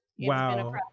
Wow